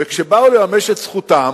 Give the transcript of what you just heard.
וכשהם באו לממש את זכותם,